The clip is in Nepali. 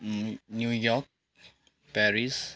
New York Paris